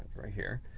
right here.